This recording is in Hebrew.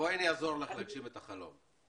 אני אעזור לך להגשים את החלום.